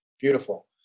Beautiful